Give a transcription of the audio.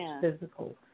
physical